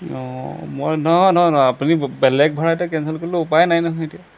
অ' মই নহয় নহয় নহয় আপুনি বেলেগ ভাড়া এটা কেনচেল কৰিলেও উপায় নাই নহয় এতিয়া